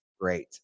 great